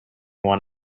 one